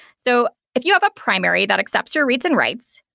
so if you have a primary that accepts or reads and writes,